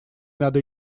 надо